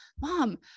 mom